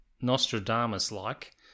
Nostradamus-like